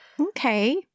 Okay